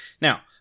Now